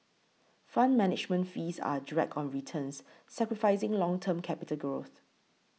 fund management fees are a drag on returns sacrificing long term capital growth